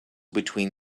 between